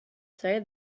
say